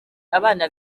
abana